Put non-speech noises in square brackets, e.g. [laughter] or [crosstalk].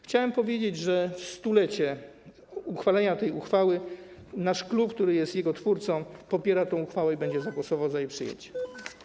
Chciałem powiedzieć, że w stulecie uchwalenia tej uchwały nasz klub, który jest jej twórcą, popiera tę uchwałę [noise] i będzie głosował za jej przyjęciem.